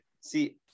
See